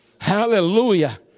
Hallelujah